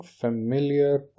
familiar